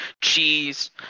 cheese